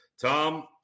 Tom